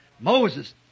Moses